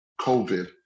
COVID